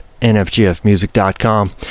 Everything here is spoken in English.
nfgfmusic.com